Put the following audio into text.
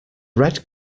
red